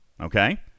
Okay